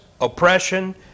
oppression